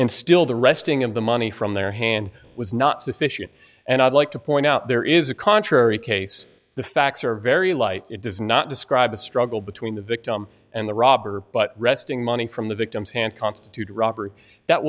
and still the resting of the money from their hand was not sufficient and i'd like to point out there is a contrary case the facts are very light it does not describe the struggle between the victim and the robber but resting money from the victim's hand constitute a robbery that